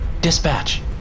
dispatch